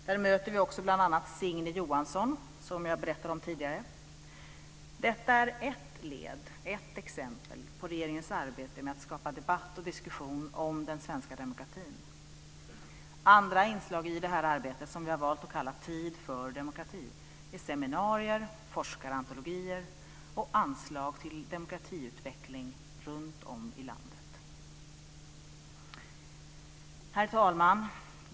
Där möter vi också bl.a. Signe Johansson, som jag berättade om tidigare. Detta är ett exempel på regeringens arbete med att skapa debatt och diskussion om den svenska demokratin. Andra inslag i det här arbetet, som vi har valt att kalla Tid för demokrati, är seminarier, forskarantologier och anslag till demokratiutveckling runtom i landet. Herr talman!